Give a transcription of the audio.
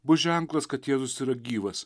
bus ženklas kad jėzus yra gyvas